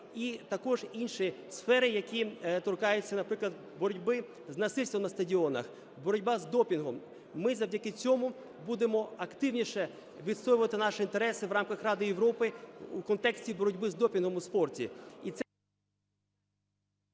і також інші сфери, які торкаються, наприклад, боротьби з насильством на стадіонах, боротьба з допінгом. Ми завдяки цьому будемо активніше відстоювати наші інтереси в рамках Ради Європи у контексті боротьби з допінгом у спорті.